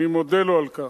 אני מודה לו על כך.